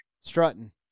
Strutting